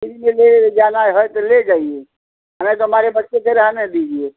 free में ले जाना है तो ले जाइए आ नहीं तो हमारे बच्चे के रहने दीजिए